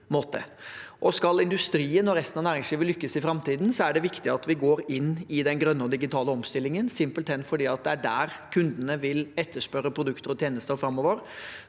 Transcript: Skal industrien og resten av næringslivet lykkes i framtiden, er det viktig at vi går inn i den grønne og digitale omstillingen, simpelthen fordi det er der kundene vil etterspørre produkter og tjenester framover.